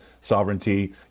sovereignty